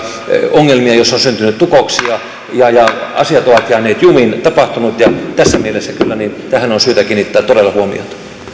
ongelmia joissa on syntynyt tukoksia ja ja asiat ovat jääneet jumiin ja tässä mielessä kyllä tähän on syytä kiinnittää todella huomiota